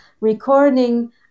recording